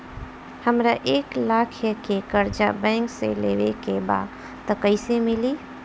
हमरा एक लाख के कर्जा बैंक से लेवे के बा त कईसे मिली?